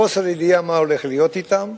בחוסר ידיעה מה הולך להיות אתם.